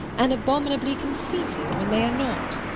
and abominably conceited when they are not.